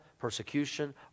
persecution